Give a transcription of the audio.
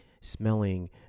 smelling